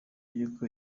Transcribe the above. y’uko